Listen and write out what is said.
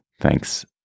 Thanks